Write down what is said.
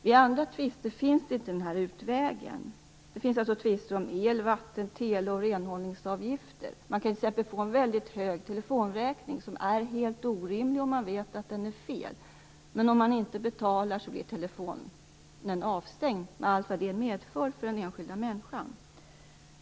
Vid andra tvister finns inte den utvägen. Det finns alltså tvister om el-, vatten-, tele och renhållningsavgifter. Man kan t.ex. få en väldigt hög telefonräkning som är helt orimlig. Man vet att den är felaktig. Men om man inte betalar blir telefonen avstängd, med allt vad det medför för den enskilda människan.